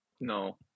No